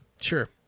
Sure